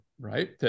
right